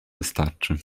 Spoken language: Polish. wystarczy